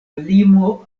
limo